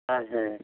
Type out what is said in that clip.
ᱦᱚᱭ ᱦᱮᱸ